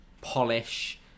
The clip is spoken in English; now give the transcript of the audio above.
polish